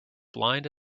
blind